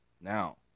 Now